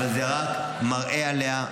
אבל זה רק מראה עליה,